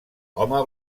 home